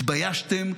התביישתם,